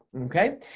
okay